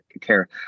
care